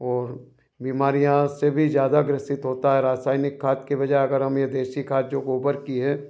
और बीमारियों से भी ज़्यादा ग्रसित होता है रासायनिक खाद के बजाए अगर हम यह देशी खाद जो गोबर की है